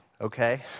Okay